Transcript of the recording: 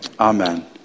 Amen